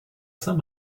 saint